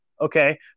Okay